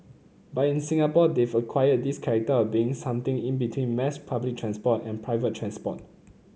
but in Singapore they've acquired this character of being something in between mass public transport and private transport